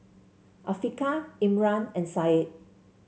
Afiqah Imran and Syed